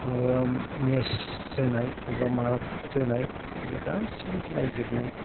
माबा मेत्स जोनाय बबेबा मा जोनाय बे गासैबो नायजोबनाय